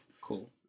Cool